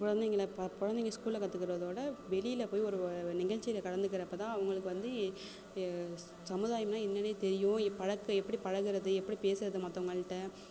குழந்தைங்களை ப குழந்தைங்கள் ஸ்கூலில் கற்றுக்கறதவிட வெளியில் போய் ஒரு நிகழ்ச்சியில் கலந்துக்கிறப்போதான் அவர்களுக்கு வந்து சமுதாயம்ன்னா என்னான்னே தெரியும் இப்பழக்க எப்படி பழகிறது எப்படி பேசுறது மற்றவங்கள்ட்ட